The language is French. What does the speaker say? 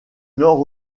nord